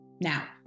Now